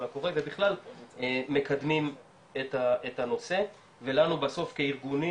הקורא ובכלל מקדמים את הנושא ולנו בסוף כארגונים,